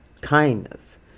kindness